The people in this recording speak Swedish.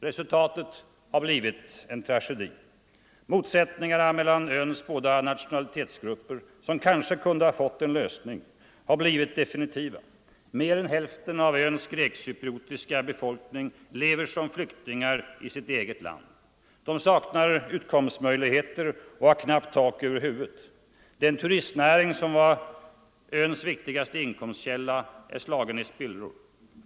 Resultatet blev en tragedi. Motsättningarna mellan öns båda nationalitetsgrupper, som kanske kunde ha fått en lösning, har blivit definitiva. Mer än hälften av öns grekcypriotiska befolkning lever som flyktingar i sitt eget land. De saknar utkomstmöjligheter och har knappt tak över huvudet. Den turistnäring som var öns viktigaste inkomstkälla är slagen i spillror.